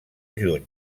juny